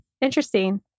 Interesting